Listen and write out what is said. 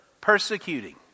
persecuting